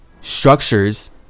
structures